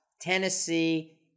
Tennessee